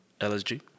LSG